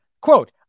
quote